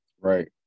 Right